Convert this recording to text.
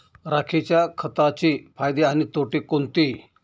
राखेच्या खताचे फायदे आणि तोटे कोणते?